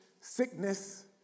sickness